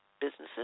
businesses